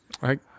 Right